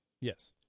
Yes